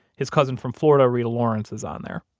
his cousin from florida, reta lawrence is on there.